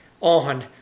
on